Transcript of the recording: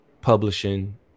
publishing